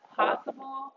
possible